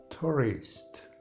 Tourist